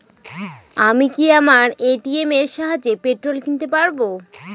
আমি কি আমার এ.টি.এম এর সাহায্যে পেট্রোল কিনতে পারব?